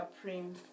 supreme